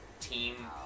team